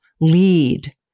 lead